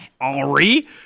Henry